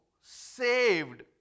saved